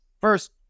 first